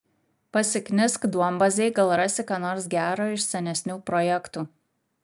pasiknisk duombazėj gal rasi ką nors gero iš senesnių projektų